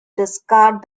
discard